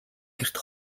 гэрт